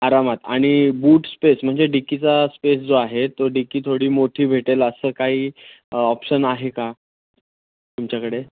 आरामात आणि boot space म्हणजे डिकीचा स्पेस जो आहे तो डिकी थोडी मोठी भेटेल असं काही ऑप्शन आहे का तुमच्याकडे